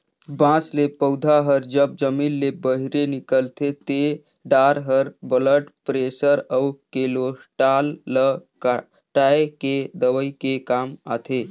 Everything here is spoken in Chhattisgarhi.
बांस ले पउधा हर जब जमीन ले बहिरे निकलथे ते डार हर ब्लड परेसर अउ केलोस्टाल ल घटाए के दवई के काम आथे